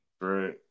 Right